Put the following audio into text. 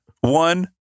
One